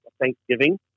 Thanksgiving